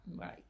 Right